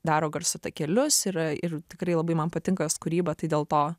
daro garso takelius yra ir tikrai labai man patinka jos kūryba tai dėl to